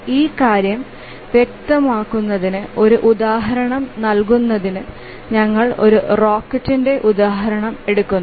ഈ കാര്യം വ്യക്തമാക്കുന്നതിന് ഒരു ഉദാഹരണം നൽകുന്നതിന് ഞങ്ങൾ ഒരു റോക്കറ്റിന്റെ ഉദാഹരണം എടുക്കും